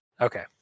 Okay